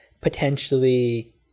potentially